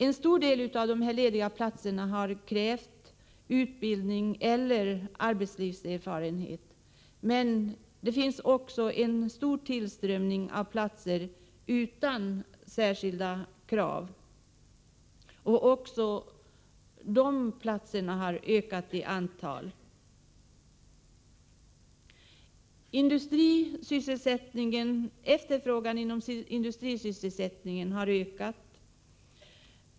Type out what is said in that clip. En stor del av de lediga platserna har krävt utbildning eller arbetslivserfarenhet, men det har också tillkommit många platser utan särskilda krav. Också dessa platser har ökat i antal. Efterfrågan inom industrin har ökat.